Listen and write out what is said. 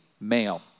male